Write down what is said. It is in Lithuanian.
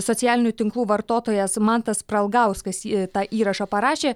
socialinių tinklų vartotojas mantas pralgauskas į tą įrašą parašė